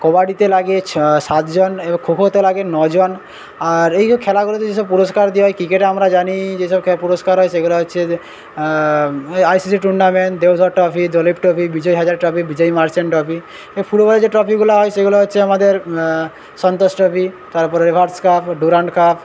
কবাডিতে লাগে সাত জন খো খোতে লাগে ন জন আর এই যো খেলাগুলোতে যেসব পুরস্কার দেওয়া হয় ক্রিকেটে আমরা জানি যেসব পুরস্কার হয় সেগুলো হচ্ছে যে ICC tournament Deodhar Trophy Duleep Trophy Vijay Hazare Trophy Vijay Merchant Trophy এবং ফুটবলে যে ট্রফিগুলো হয় সেগুলো হচ্ছে আমাদের সন্তোষ ট্রফি তারপরে রিভার্স কাপ ডুরান্ড কাপ